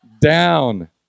Down